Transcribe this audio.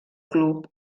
club